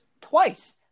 twice